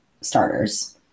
starters